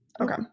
okay